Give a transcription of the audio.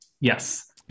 Yes